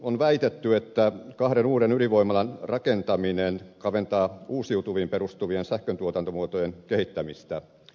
on väitetty että kahden uuden ydinvoimalan rakentaminen kaventaa uusiutuviin perustuvien sähköntuotantomuotojen kehittämistä